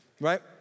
right